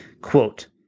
Quote